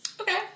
Okay